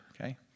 Okay